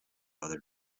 other